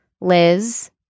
Liz